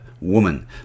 Woman